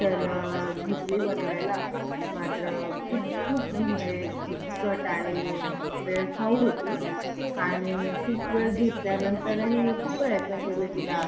तर घेतली बनवायला मात्र खूप खूप म्हणजे किचकट आणि वेळखाऊ होती आणि खूप वेळ घेतल्यानंतरही मी खूप प्रयत्न केले तिला